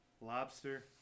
Lobster